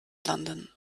london